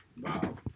Wow